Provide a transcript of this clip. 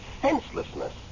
senselessness